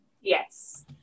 Yes